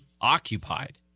occupied